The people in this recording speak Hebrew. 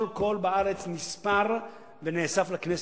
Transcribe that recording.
כל קול בארץ נספר ונאסף לכנסת,